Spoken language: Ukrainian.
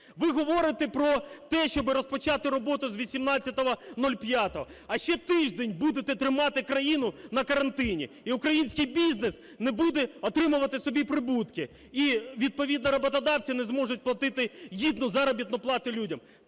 Ви говорите про те, щоби розпочати роботу з 18.05, а ще тиждень будете тримати Україну на карантині, і український бізнес не буде отримувати собі прибутки, і відповідно роботодавці не зможуть платити гідну заробітну плату людям.